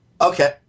Okay